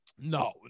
No